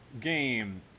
game